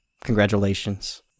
Congratulations